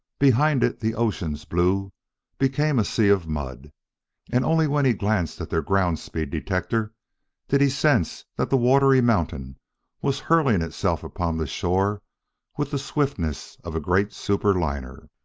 behind it the ocean's blue became a sea of mud and only when he glanced at their ground-speed detector did he sense that the watery mountain was hurling itself upon the shore with the swiftness of a great super-liner.